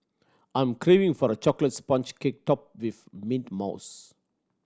I am craving for a chocolate sponge cake topped with mint mousse